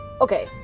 Okay